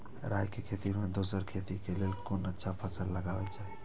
राय के खेती मे दोसर खेती के लेल कोन अच्छा फसल लगवाक चाहिँ?